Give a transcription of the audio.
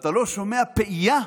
אתה לא שומע פעייה,